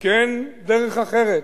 כי אין דרך אחרת,